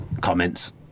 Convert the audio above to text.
comments